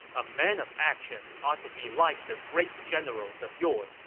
a man of action ought to be like the great generals of yore,